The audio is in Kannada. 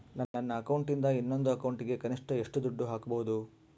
ನನ್ನ ಅಕೌಂಟಿಂದ ಇನ್ನೊಂದು ಅಕೌಂಟಿಗೆ ಕನಿಷ್ಟ ಎಷ್ಟು ದುಡ್ಡು ಹಾಕಬಹುದು?